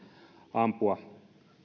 ampua